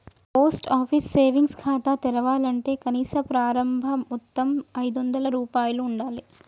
post office savings ఖాతా తెరవాలంటే కనీస ప్రారంభ మొత్తం ఐదొందల రూపాయలు ఉండాలె